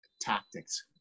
tactics